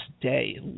day